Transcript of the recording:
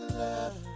love